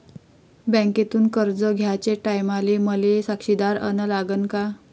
बँकेतून कर्ज घ्याचे टायमाले मले साक्षीदार अन लागन का?